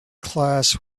class